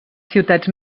ciutats